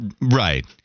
right